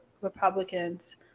Republicans